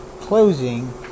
closing